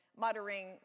muttering